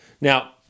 Now